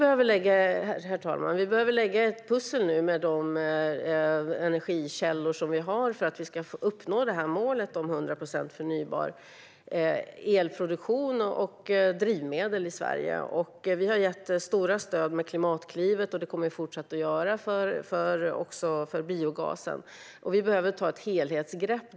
Herr talman! Vi behöver nu lägga ett pussel med de energikällor vi har för att uppnå målet om 100 procent förnybar elproduktion och förnybara drivmedel i Sverige. Vi har gett stora stöd genom Klimatklivet. Det kommer vi att fortsätta göra, också för biogasen. Jag instämmer i att vi behöver ta ett helhetsgrepp.